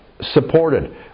supported